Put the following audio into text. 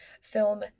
film